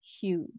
huge